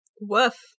Woof